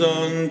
on